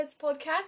podcast